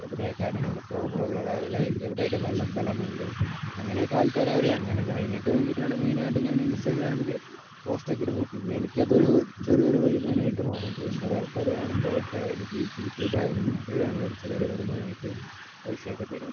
എവിടെയൊക്കെ ആണ് ഇങ്ങനെ പ്രോബ്ല ഉള്ളത് അതുപോലെ എവിടെയൊക്കെ നല്ല സ്ഥലമുണ്ട് അങ്ങനെയൊക്കെ ആൾക്കാർ അറിയും അങ്ങനെ അതിനൊക്കെ വേണ്ടിയിട്ടാണ് മെയിൻ ആയിട്ട് ഞാൻ ഇൻസ്റ്റാഗ്രാമിൽ പോസ്റ്റ് ഇടുന്നത് പിന്നെ എനിക്ക് അതൊരു ചെറിയ ഒരു വരുമാനമായിട്ട് മാറുകയും ചെയ്യും കുറേ ആൾക്കാർ കാണുമ്പോഴൊക്കെ എനിക്ക് ഈ യൂട്യൂബ് ആയാലും ഇൻസ്റ്റാഗ്രാം ആയാലും ചെറിയ ഒരു വരുമാനായിട്ട് പൈസയൊക്കെ തരും